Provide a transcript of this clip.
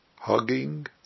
hugging